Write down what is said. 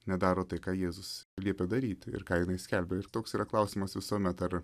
nedaro tai ką jėzus liepė daryti ir ką jinai skelbia ir toks yra klausimas visuomet ar